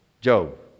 Job